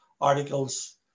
articles